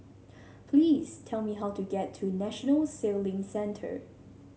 please tell me how to get to National Sailing Centre